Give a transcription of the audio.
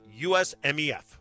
USMEF